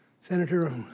Senator